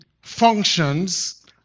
functions